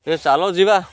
ହେ ଚାଲ ଯିବା